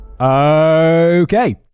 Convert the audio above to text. okay